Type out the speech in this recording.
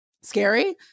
scary